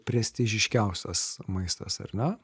prestižiškiausias maistas ar ne